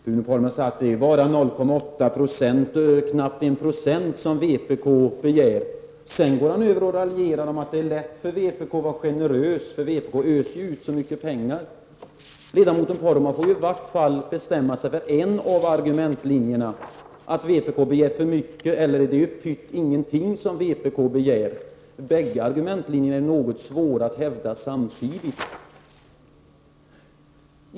Bruno Poromaa sade att det är bara knappt 1 26 som vpk begär, och sedan övergick han till att raljera över att det är lätt för vpk att vara generös, för vpk öser ju ut så mycket pengar. Ledamoten Poromaa får i varje fall bestämma sig för en av argumentlinjerna, antingen att vpk begär för mycket eller att det är pytt ingenting som vpk begär. Det är svårt att hävda bägge linjerna samtidigt.